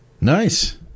Nice